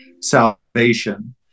salvation